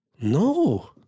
No